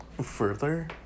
further